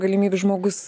galimybių žmogus